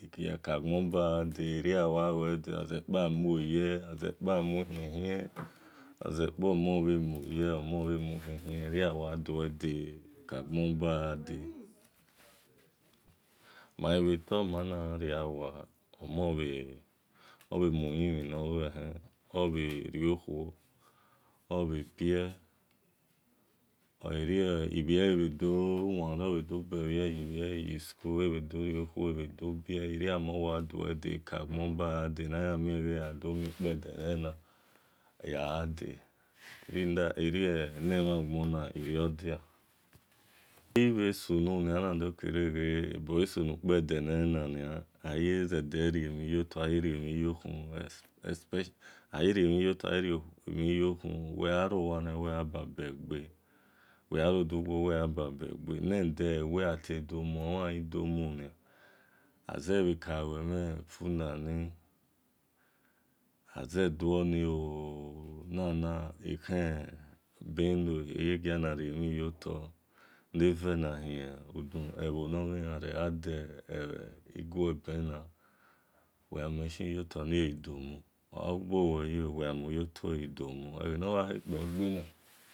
Yake agbonba ghade agbon la ghade aghaze upe amueye agha zekpe amui hien hien aghazekpe omon bhe mue ye obhe mui hien hien erio aya duedeooo kagbo ba ghade maghai bhe tor mana gha riawo omon bhe muyimhin nor ghor hen obhe riokhuo obhe bie ole bhi bhiele bhe do ware obhe dor be bhiele bhe do ware obhe dor be bhiele obhe dor he bhile yischool ebhe dor rio khuo ebhe dor bie erio amo ya due de ka gbon bar gha de aguagha due de ka gbon ba gha de okue see kpedele lena erie emhe naghona erio odis beghinhe sunu kpede nelenania aye sede rimhi yoto aye riemhi yo khun wel gha ro wania wel gha babe gbe wel gha rodugbo wel gha babe wel gha rodugbo wel gha babe gbe then omhan aghi domu nia